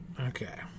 Okay